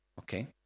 Okay